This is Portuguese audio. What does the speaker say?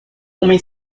homem